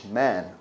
man